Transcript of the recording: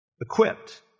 equipped